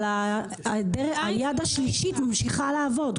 אבל היד השלישית ממשיכה לעבוד,